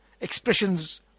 expressions